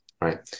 right